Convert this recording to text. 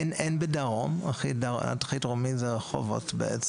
עדיין אין בדרום, הכי דרומי זה בעצם ברחובות.